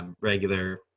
regular